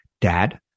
Dad